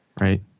right